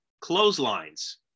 clotheslines